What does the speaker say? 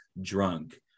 drunk